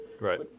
right